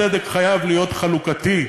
הצדק חייב להיות חלוקתי.